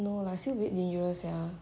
no lah still a bit dangerous sia